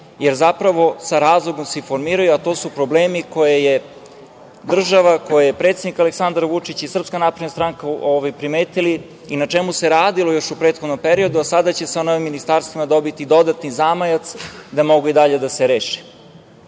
jer zapravo sa razlogom se i formiraju, a to su problemi koje je država koje je predsednik Aleksandar Vučić i SNS, primetili i na čemu se radilo još u prethodnom periodu, a sada će sa novim ministarstvima dobiti dodatni zamajac da mogu i dalje da se reše. Jako